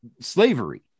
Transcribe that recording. slavery